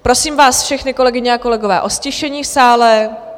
Prosím vás všechny, kolegyně, kolegové, o ztišení v sále.